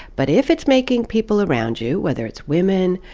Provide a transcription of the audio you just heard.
but if it's making people around you, whether it's women,